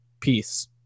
Peace